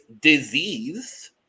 disease